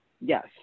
yes